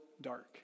dark